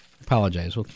Apologize